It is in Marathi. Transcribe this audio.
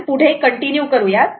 आपण पुढे कंटिन्यू करूयात